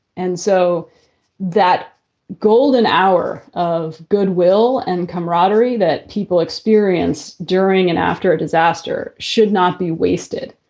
and so that golden hour of goodwill and camaraderie that people experience during and after a disaster should not be wasted